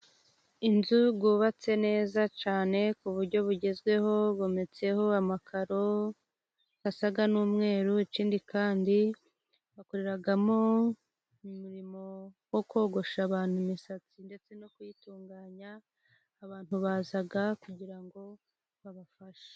Inzu yubatse neza cyane ku buryo bugezweho, yometseho amakaro asa n'umweru, ikindi kandi bakoreramo umurimo wo kogosha, abantu imisatsi ndetse no kuyitunganya, abantu baza kugira ngo babafashe.